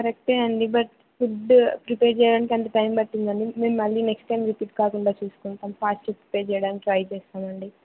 కరెక్టే అండి but food prepare చేయడానికి అంత టైం పడుతుంది మేము మళ్ళీ నెక్స్ట్ టైం రిపీట్ కాకుండా చసుకుంటాం ఫాస్ట్గా ప్రిపేర్ చేయడానికి ట్రై చేస్తామండి